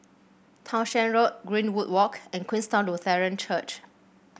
Townshend Road Greenwood Walk and Queenstown Lutheran Church